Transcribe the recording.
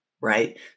right